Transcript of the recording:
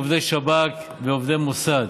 עובדי שב"כ ועובדי מוסד.